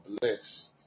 blessed